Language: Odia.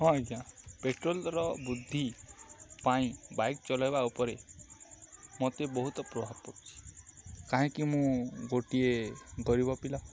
ହଁ ଆଜ୍ଞା ପେଟ୍ରୋଲର ବୃଦ୍ଧି ପାଇଁ ବାଇକ୍ ଚଲେଇବା ଉପରେ ମୋତେ ବହୁତ ପ୍ରଭାବ ପଡ଼ୁଛି କାହିଁକି ମୁଁ ଗୋଟିଏ ଗରିବ ପିଲା